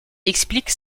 expliquent